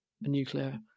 nuclear